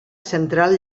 central